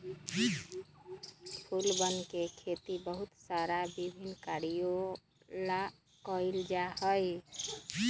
फूलवन के खेती बहुत सारा विभिन्न कार्यों ला कइल जा हई